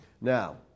Now